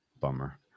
bummer